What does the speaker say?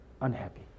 unhappy